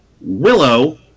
Willow